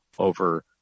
over